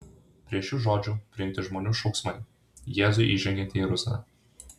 prie šių žodžių prijungti žmonių šauksmai jėzui įžengiant į jeruzalę